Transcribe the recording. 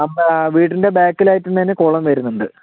ആഹ് വീടിൻ്റെ ബാക്കിലായിട്ട് തന്നെ കുളം വരുന്നുണ്ട്